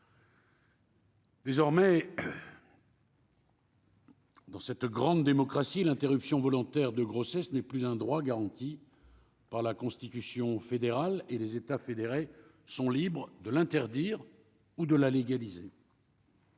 Désormais. Dans cette grande démocratie, l'interruption volontaire de grossesse n'est plus un droit garanti par la Constitution fédérale et les États fédérés sont libres de l'interdire ou de la légaliser.